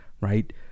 right